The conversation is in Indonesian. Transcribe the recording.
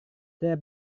saya